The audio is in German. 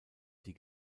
die